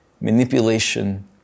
manipulation